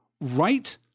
right